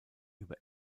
über